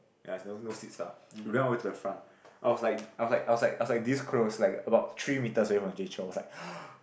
ya it's no no seats ah we went all the way to the front I was like I was like I was like I was like this close like about three metres away from Jay-Chou I was like